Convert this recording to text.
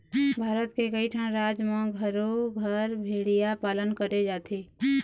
भारत के कइठन राज म घरो घर भेड़िया पालन करे जाथे